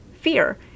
fear